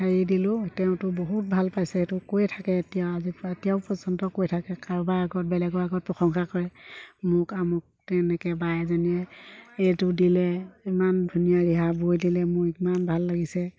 হেৰি দিলোঁ তেওঁতো বহুত ভাল পাইছে এইটো কৈ থাকে এতিয়া আজিৰপৰা এতিয়াও পৰ্যন্ত কৈ থাকে কাৰোবাৰ আগত বেলেগৰ আগত প্ৰশংসা কৰে মোক আমুক তেনেকৈ বা এজনীয়ে এইটো দিলে ইমান ধুনীয়া ৰিহা বৈ দিলে মোৰ ইমান ভাল লাগিছে